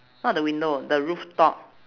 not the window the roof top